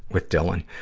with dylan.